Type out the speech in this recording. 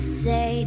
say